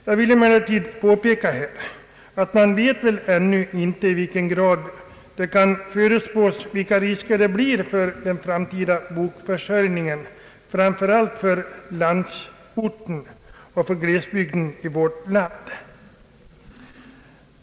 Jag vill emellertid påpeka att man ännu inte kan förutspå vilka risker som uppstår för bokförsäljningen, framför allt i landsorten och glesbygderna i vårt land.